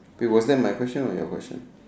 we wasn't my question or your question